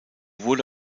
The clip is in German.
wurde